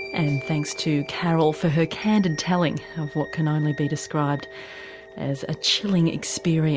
and thanks to carol for her candid telling of what can only be described as a chilling experience.